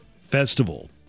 Festival